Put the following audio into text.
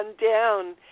down